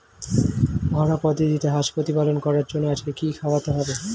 ঘরোয়া পদ্ধতিতে হাঁস প্রতিপালন করার জন্য আজকে কি খাওয়াতে হবে?